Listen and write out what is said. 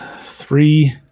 Three